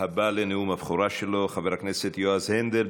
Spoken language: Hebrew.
הבא לנאום הבכורה שלו, חבר הכנסת יועז הנדל.